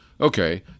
Okay